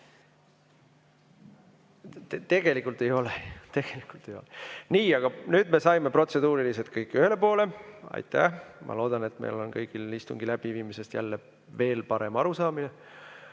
Tegelikult ei ole. Nii. Aga nüüd me saime protseduurilistega ühele poole. Aitäh! Ma loodan, et meil on kõigil istungi läbiviimisest veel parem arusaamine.